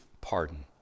pardon